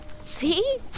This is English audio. See